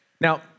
Now